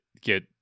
get –